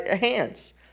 hands